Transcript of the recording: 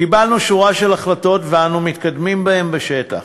קיבלנו שורה של החלטות ואנו מתקדמים בהן בשטח,